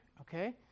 okay